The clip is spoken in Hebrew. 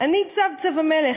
/ אני צב-צב המלך,